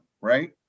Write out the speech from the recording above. right